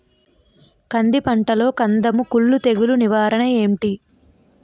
కంది పంటలో కందము కుల్లు తెగులు నివారణ ఏంటి?